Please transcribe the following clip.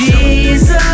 Jesus